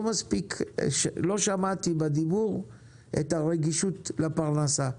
שמעתי מספיק בדברים את הרגישות לפרנסה.